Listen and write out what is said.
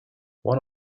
one